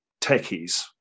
techies